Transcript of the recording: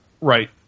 right